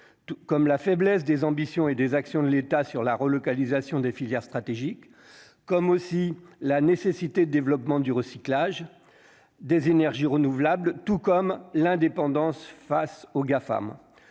comme la faiblesse des ambitions et des actions de l'État sur la relocalisation des filières stratégiques comme aussi la nécessité, développement du recyclage des énergies renouvelables, tout comme l'indépendance face aux Gafam,